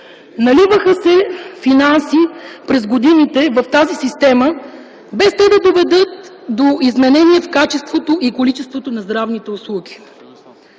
Наливаха се финанси в тази система през годините, без те да доведат до изменения в качеството и количеството на здравните услуги.